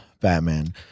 Batman